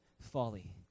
folly